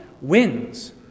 wins